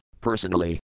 personally